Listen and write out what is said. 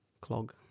Clog